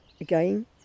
again